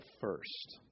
first